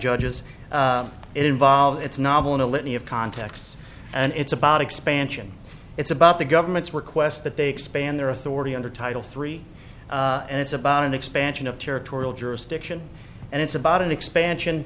judges it involves it's novel in a litany of contexts and it's about expansion it's about the government's request that they expand their authority under title three and it's about an expansion of territorial jurisdiction and it's about an expansion